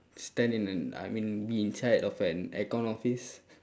stand in a I mean be inside of an aircon office